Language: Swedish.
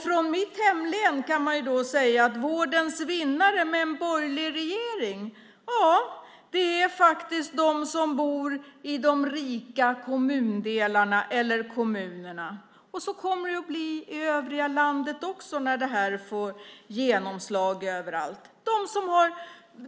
I mitt hemlän är vårdens vinnare med en borgerlig regering de som bor i de rika kommundelarna eller kommunerna. Så kommer det också att bli i det övriga landet när det här får genomslag överallt.